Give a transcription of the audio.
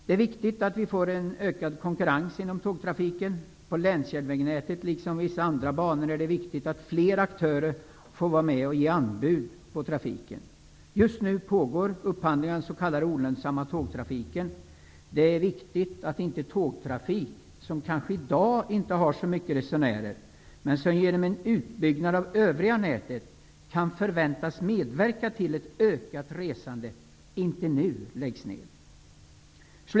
Det är viktigt vi får en ökad konkurrens inom tågtrafiken. På länsjärnvägsnätet liksom vissa andra banor är det viktigt att flera aktörer får vara med och ge anbud på trafiken. Just nu pågår upphandlingen av den s.k. olönsamma tågtrafiken. Det är viktigt att tågtrafik, som i dag kanske inte har så många resenärer men som genom en utbyggnad av det övriga nätet kan förväntas medverka till ett ökat resande, inte nu läggs ned.